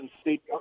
state